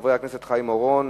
חברי הכנסת חיים אורון,